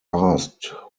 asked